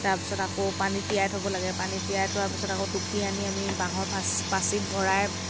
তাৰপাছত আকৌ পানীত তিয়াই থ'ব লাগে পানীত তিয়াই থোৱা পাছত আকৌ টুকি আনি আমি বাঁহৰ পাচ পাঁচিত ভৰাই